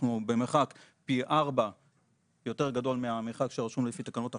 אנחנו במרחק פי ארבע יותר גדול מהמרחק שרשום לפי תקנות החשמל.